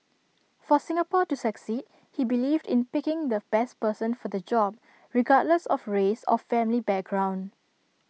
for Singapore to succeed he believed in picking the best person for the job regardless of race or family background